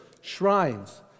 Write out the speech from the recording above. shrines